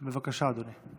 בבקשה, אדוני.